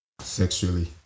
sexually